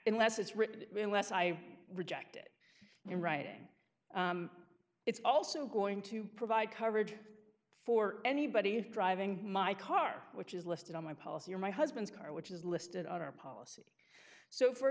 in less i reject it in writing it's also going to provide coverage for anybody who's driving my car which is listed on my policy or my husband's car which is listed on our policy so for